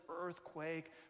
earthquake